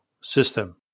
system